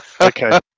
Okay